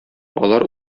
алар